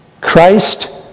Christ